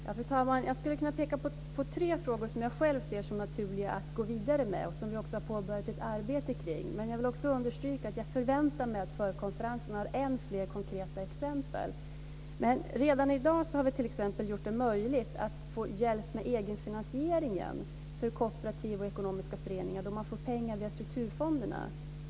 Fru talman! Jag skulle kunna peka på tre frågor som jag själv ser som naturliga att gå vidare med och som vi också har påbörjat ett arbete kring. Men jag vill också understryka att jag förväntar mig att förkonferenserna har än fler konkreta exempel. Men redan i dag har vi t.ex. gjort det möjligt för kooperativa och ekonomiska föreningar att få hjälp med egenfinansieringen. De har fått pengar via strukturfonderna.